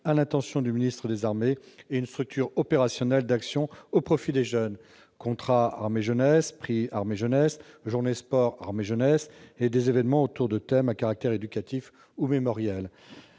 à l'intention du ministre des armées et une structure opérationnelle d'action au profit des jeunes- contrat armées-jeunesse, prix armées-jeunesse, journées sport armées-jeunesse et des événements autour de thèmes à caractère éducatif ou mémoriel.